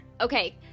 okay